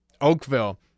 Oakville